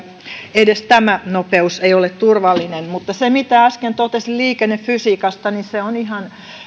edes tämä nopeus ei ole turvallinen mutta se mitä äsken totesin liikennefysiikasta on ihan